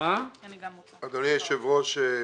אדוני היושב ראש,